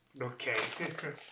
okay